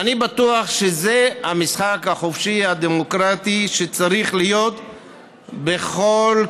ואני בטוח שזה המשחק החופשי הדמוקרטי שצריך להיות בכל כיוון,